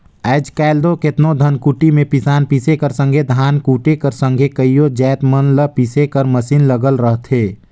आएज काएल दो केतनो धनकुट्टी में पिसान पीसे कर संघे धान कूटे कर संघे कइयो जाएत मन ल पीसे कर मसीन लगल रहथे